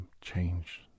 change